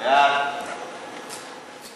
להעלות את הנושא